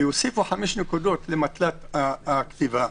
והוסיפו חמש נקודות למטלת הכתיבה,